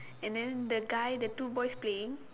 and then the guy the two boys playing